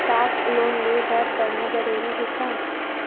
का लोन ले बर पढ़ना जरूरी हे का?